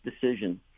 decision